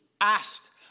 asked